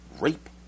Rape